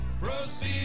Proceed